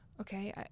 okay